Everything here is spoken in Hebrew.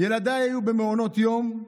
ילדיי היו במעונות יום,